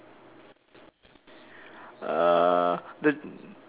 uh th~